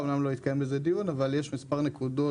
אמנם לא התקיים על זה דיון אבל יש מספר נקודות